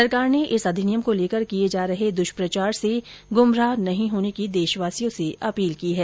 सरकार ने इस अधिनियम को लेकर किए जा रहे दृष्प्रचार से गुमराह नहीं होने की देशवासियों से अपील की है